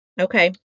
Okay